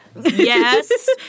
Yes